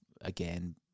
again